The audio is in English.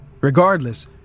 Regardless